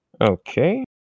Okay